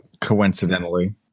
Coincidentally